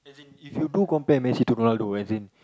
if you do compare Messi to Ronaldo as in